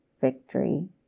victory